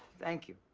thank you.